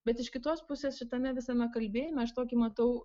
bet iš kitos pusės šitame visame kalbėjime aš tokį matau